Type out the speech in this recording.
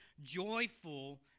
joyful